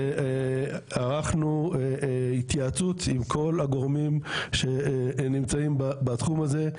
ערכנו התייעצות עם כל הגורמים שנמצאים בתחום הזה,